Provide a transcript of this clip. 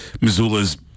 Missoula's